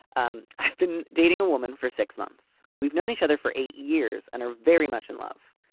um i've been dating a woman for six months. we've known each other for eight years and are very much in love.